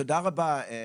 תודה רבה,